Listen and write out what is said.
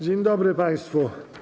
Dzień dobry państwu.